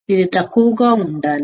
ఇది తక్కువగా ఉండాలి